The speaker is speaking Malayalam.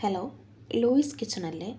hello Louis കിച്ചണല്ലേ